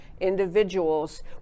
individuals